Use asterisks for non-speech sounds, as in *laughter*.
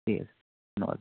*unintelligible*